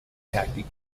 tactic